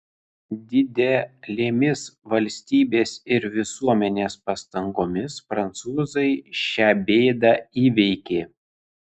didelėmis valstybės ir visuomenės pastangomis prancūzai šią bėdą įveikė